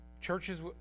Churches